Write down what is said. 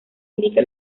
indique